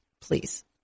Please